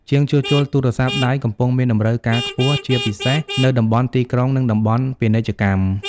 ជាងជួសជុលទូរស័ព្ទដៃកំពុងមានតម្រូវការខ្ពស់ជាពិសេសនៅតំបន់ទីក្រុង និងតំបន់ពាណិជ្ជកម្ម។